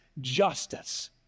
justice